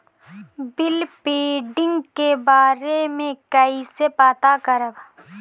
Bill pending के बारे में कईसे पता करब?